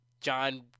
John